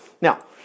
now